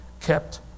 kept